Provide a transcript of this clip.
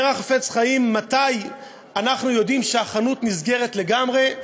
אומר החפץ-חיים: מתי אנחנו יודעים שחנות נסגרת לגמרי?